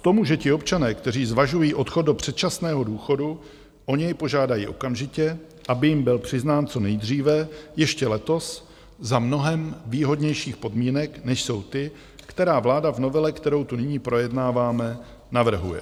K tomu, že ti občané, kteří zvažují odchod do předčasného důchodu, o něj požádají okamžitě, aby jim byl přiznán co nejdříve, ještě letos, za mnohem výhodnějších podmínek než jsou ty, které vláda v novele, kterou tu nyní projednáváme, navrhuje.